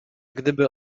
gdyby